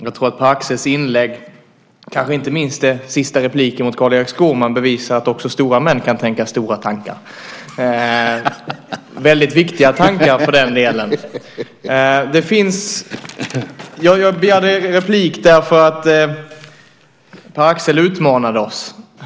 Jag tror att Pär Axels inlägg, kanske inte minst den sista repliken till Carl-Erik Skårman, bevisar att också stora män kan tänka stora tankar, och väldigt viktiga tankar för den delen. Jag begärde replik därför att Pär Axel utmanade oss.